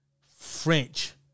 french